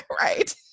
Right